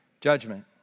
judgment